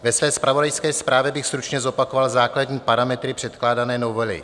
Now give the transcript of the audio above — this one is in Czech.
Ve své zpravodajské zprávě bych stručně zopakoval základní parametry předkládané novely.